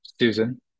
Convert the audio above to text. Susan